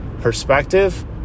perspective